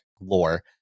lore